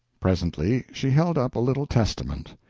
presently she held up a little testament.